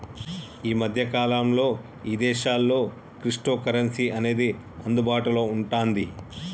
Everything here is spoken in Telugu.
యీ మద్దె కాలంలో ఇదేశాల్లో క్రిప్టోకరెన్సీ అనేది అందుబాటులో వుంటాంది